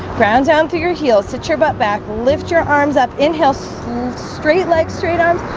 ground down through your heels sit your butt back lift your arms up inhale so straight leg straight arms.